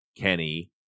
Kenny